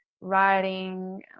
writing